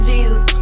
Jesus